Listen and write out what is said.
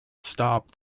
stopped